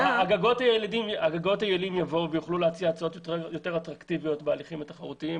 -- הגגות יוכלו להציע הצעות יותר אטרקטיביות בהליכים התחרותיים.